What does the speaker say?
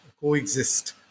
coexist